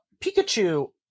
Pikachu